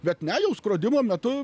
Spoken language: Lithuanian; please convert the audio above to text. bet ne jau skrodimo metu